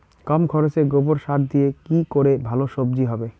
কম খরচে গোবর সার দিয়ে কি করে ভালো সবজি হবে?